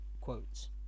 quotes